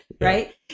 Right